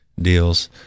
deals